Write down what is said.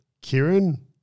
Kieran